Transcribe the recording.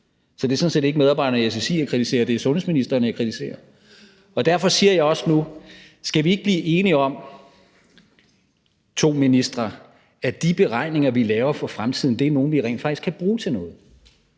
Så det er sådan set ikke medarbejderne i SSI, jeg kritiserer, det er sundhedsministeren, jeg kritiserer. Derfor siger jeg også nu til de to ministre: Skal vi ikke blive enige om, at de beregninger, vi laver, for fremtiden er nogle, vi rent faktisk kan bruge til noget,